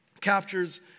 captures